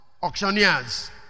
auctioneers